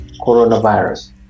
coronavirus